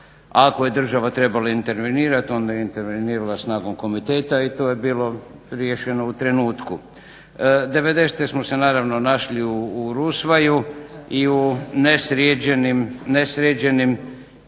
Ako je država trebala intervenirat onda je intervenirala snagom komiteta i to je bilo riješeno u trenutku. '90. smo se naravno našli u rusvaju i u nesređenim